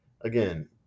again